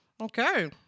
Okay